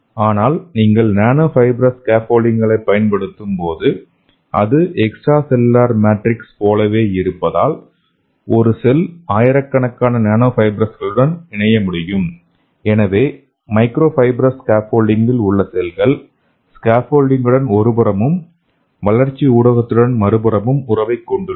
ஆனால் நீங்கள் nano fibres ஸ்கேஃபோல்டிங்களைப் பயன்படுத்தும்போது அது எக்ஸ்ட்ராசெல்லுலர் மேட்ரிக்ஸ் போலவே இருப்பதால் ஒரு செல் ஆயிரக்கணக்கான நானோ ஃபைப்ரஸுடன் இணைய முடியும் எனவே மைக்ரோஃபைப்ரஸ் ஸ்கேஃபோல்டிங்கில் உள்ள செல்கள் ஸ்கேஃபோல்டிங்குடன் ஒருபுறமும் வளர்ச்சி ஊடகத்துடன் மறுபுறமும் உறவைக் கொண்டுள்ளன